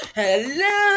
hello